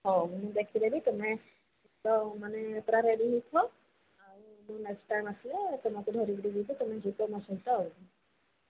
ହଉ ମୁଁ ଦେଖି ଦେବି ତୁମେ ତ ମାନେ ପୁରା ରେଡ଼ି ହୋଇ ଥାଅ ଆଉ ମୁଁ ନେକ୍ସଟ୍ ଟାଇମ୍ ଆସିଲେ ତୁମକୁ ଧରି କିରି ଯିବି ତୁମେ ଯିବ ମୋ ସହିତ